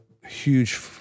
huge